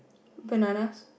bananas